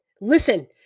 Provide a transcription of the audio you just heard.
listen